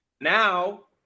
now